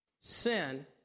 sin